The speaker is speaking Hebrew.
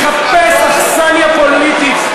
מחפש אכסניה פוליטית.